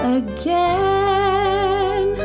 again